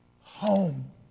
home